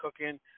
cooking